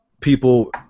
people